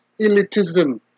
elitism